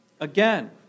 Again